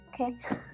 Okay